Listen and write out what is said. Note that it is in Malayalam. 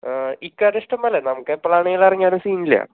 ഇക്കയുടെ ഇഷ്ടംപോലെ നമുക്ക് എപ്പോഴാണെങ്കിൽ ഇറങ്ങിയാലും സീൻ ഇല്ല